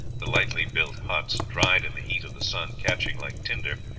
the lightly built huts, dried in the heat of the sun, catching like tinder,